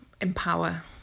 empower